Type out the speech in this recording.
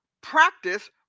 practice